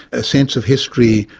a sense of history,